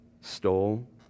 stole